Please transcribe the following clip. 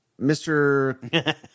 Mr